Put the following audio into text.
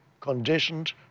conditioned